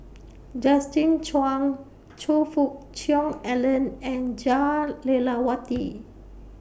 Justin Zhuang Choe Fook Cheong Alan and Jah Lelawati